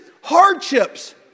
hardships